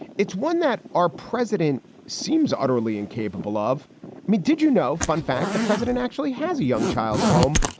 it's one that our president seems utterly incapable. love me. did you know? fun fact. the president actually has a young child at home.